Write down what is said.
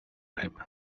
him